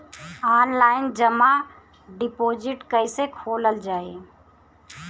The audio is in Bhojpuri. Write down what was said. आनलाइन जमा डिपोजिट् कैसे खोलल जाइ?